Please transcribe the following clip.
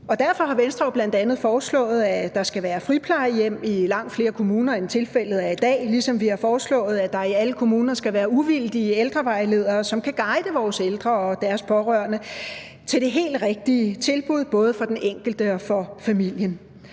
Derfor har Venstre jo bl.a. foreslået, at der skal være friplejehjem i langt flere kommuner, end tilfældet er i dag, ligesom vi har foreslået, at der i alle kommuner skal være uvildige ældrevejledere, som kan guide vores ældre og deres pårørende til det helt rigtige tilbud både for den enkelte og for familien.